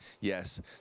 yes